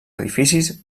edificis